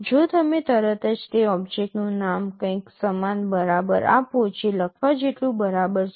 જો તમે તરત જ તે ઓબ્જેક્ટનું નામ કંઇક સમાન બરાબર આપો જે લખવા જેટલું બરાબર છે